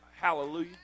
hallelujah